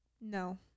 No